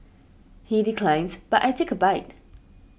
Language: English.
he declines but I take a bite